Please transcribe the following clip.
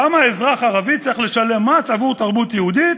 למה אזרח ערבי צריך לשלם מס עבור תרבות יהודית?